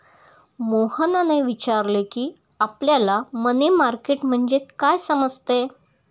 मोहनने विचारले की, आपल्याला मनी मार्केट म्हणजे काय समजते?